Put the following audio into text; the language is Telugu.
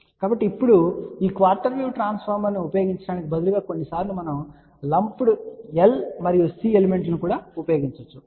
కాబట్టి ఇప్పుడు ఈ క్వార్టర్ వేవ్ ట్రాన్స్ఫార్మర్ను ఉపయోగించటానికి బదులుగా కొన్నిసార్లు మనం లంపుడ్ L మరియు C ఎలిమెంట్స్ లను కూడా ఉపయోగించవచ్చు సరే